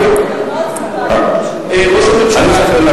אני רוצה לומר שאני מאוד שמחה.